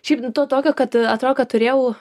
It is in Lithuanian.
šiaip to tokio kad atrodo kad turėjau